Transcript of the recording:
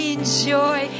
enjoy